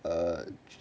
err